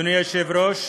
אדוני היושב-ראש,